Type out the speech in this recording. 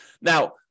Now